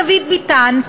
דוד ביטן,